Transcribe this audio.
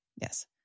Yes